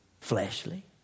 fleshly